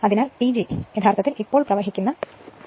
അതിനാൽ PG യഥാർത്ഥത്തിൽ ഇപ്പോൾ പ്രവഹിക്കുന്ന അതേ I1 വൈദ്യുതി ആണ്